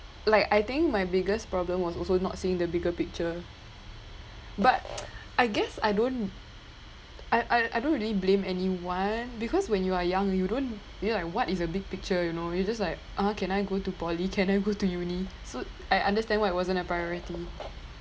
like I think my biggest problem was also not seeing the bigger picture but I guess I don't I I I don't really blame anyone because when you are young you don't you know like what is a big picture you know you just like ah can I go to poly can I go to uni so I understand why it wasn't a priority